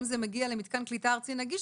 אם זה מגיע למתקן קליטה ארצי נגיש,